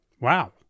wow